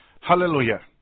Hallelujah